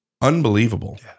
Unbelievable